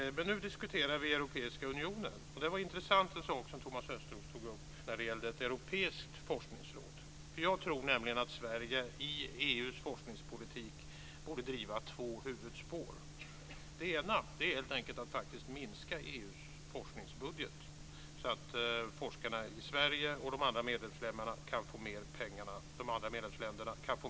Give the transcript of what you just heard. Men nu diskuterar vi Europeiska unionen. Det som Thomas Östros tog upp när det gäller ett europeiskt forskningsråd var intressant. Jag tror nämligen att Sverige borde driva två huvudspår i EU:s forskningspolitik. Det ena är helt enkelt att minska EU:s forskningsbudget så att forskarna i Sverige och i de andra medlemsländerna kan få mer pengar att bestämma över själva.